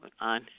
On